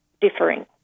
differing